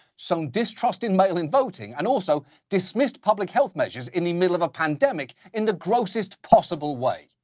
sown distrust in mail-in voting and also dismissed public health measures in the middle of a pandemic in the grossest possible way.